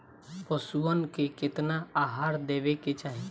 पशुअन के केतना आहार देवे के चाही?